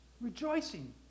Rejoicing